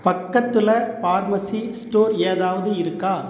பக்கத்தில் pharmacy store ஏதாவது இருக்கா